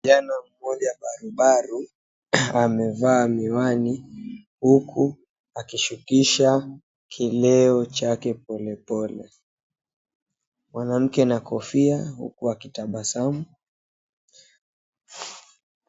Kijana mmoja baro baro, amevaa miwani huku akishukisha kileo chake pole pole. Mwanamke na kofia huku akitabasamu.